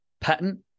patent